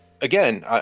Again